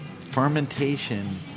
fermentation